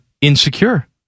insecure